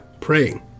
praying